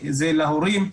זה להורים,